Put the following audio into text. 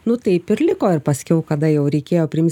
nu taip ir liko ir paskiau kada jau reikėjo priimt